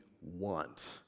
want